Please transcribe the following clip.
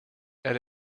elle